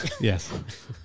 Yes